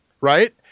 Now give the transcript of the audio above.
right